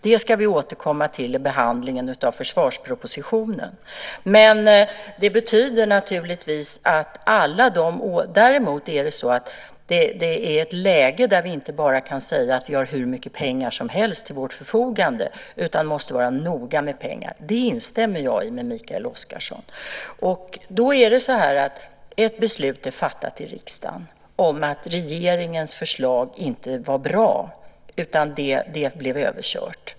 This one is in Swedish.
Det ska vi återkomma till vid behandlingen av försvarspropositionen. Däremot är läget sådant att vi inte bara kan säga att vi har hur mycket pengar som helst till vårt förfogande utan måste vara noga med pengar. Där instämmer jag med Mikael Oscarsson. Då är det så här: Ett beslut är fattat i riksdagen om att regeringens förslag inte var bra. Det blev överkört.